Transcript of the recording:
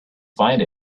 find